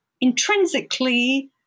intrinsically